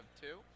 two